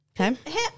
Okay